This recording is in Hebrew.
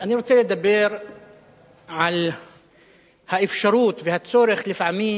אני רוצה לדבר על האפשרות והצורך לפעמים